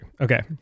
Okay